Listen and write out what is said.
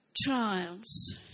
trials